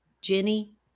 Jenny